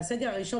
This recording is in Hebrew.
מהסגר הראשון,